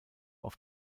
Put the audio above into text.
auf